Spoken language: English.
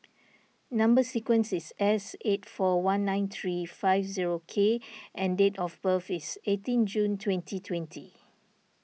Number Sequence is S eight four one nine three five zero K and date of birth is eighteen June twenty twenty